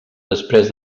després